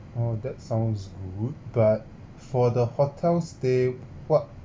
oh that sounds good but for the hotel stay what